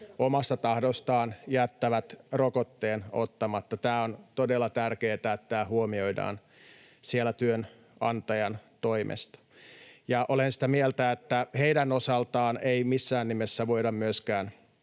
omasta tahdostaan jättävät rokotteen ottamatta. Tämä on todella tärkeätä, että tämä huomioidaan siellä työnantajan toimesta. [Mika Niikko pyytää vastauspuheenvuoroa] Olen sitä mieltä, että heidän osaltaan ei missään nimessä tule myöskään